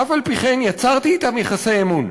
אף-על-פי-כן יצרתי אתם יחסי אמון.